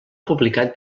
publicat